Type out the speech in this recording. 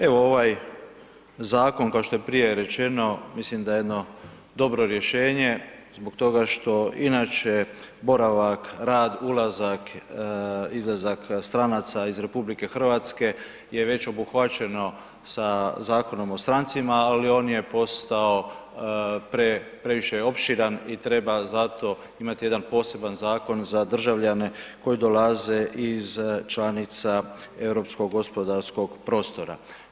Evo, ovaj zakon, kao što je prije rečeno, mislim da je jedno dobro rješenje, zbog toga što inače, boravak, rad, ulazak, izlazak stranaca iz RH, je već obuhvaćeno sa Zakonom o strancima, ali on je postao previše opširan i treba zato imati jedan poseban zakon za državljane koji dolaze iz članica europskog gospodarskog prostora.